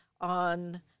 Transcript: on